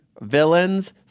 Villains